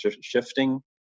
shifting